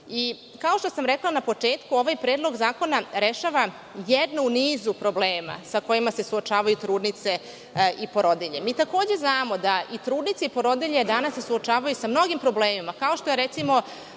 što sam rekla na početku ovaj predlog zakona rešava jednu u nizu problema sa kojima se suočavaju trudnice i porodilje. Mi takođe znamo da i trudnice i porodilje se danas suočavaju sa mnogim problemima, kao što su recimo